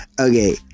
Okay